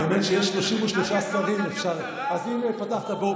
אני אפסיק לך את השעון, אם אתה רוצה.